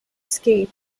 escape